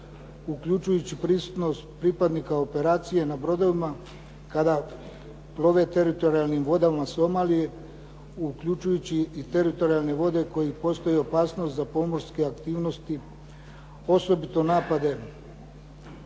uključujući prisutnost pripadnika operacije na brodovima kada plove teritorijalnim vodama Somalije, uključujući i teritorijalne vode kod kojih postoji opasnost za pomorske aktivnosti, osobito napade gusara